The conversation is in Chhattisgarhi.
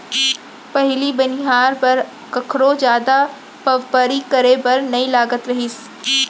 पहिली बनिहार बर कखरो जादा पवपरी करे बर नइ लागत रहिस